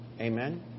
Amen